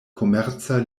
komerca